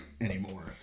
anymore